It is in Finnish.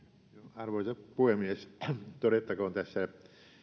arvoisa puhemies todettakoon tässä